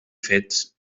fets